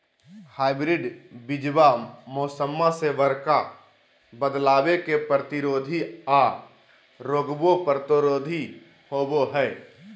hybrid बीजावा मौसम्मा मे बडका बदलाबो के प्रतिरोधी आ रोगबो प्रतिरोधी होबो हई